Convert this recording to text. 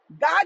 God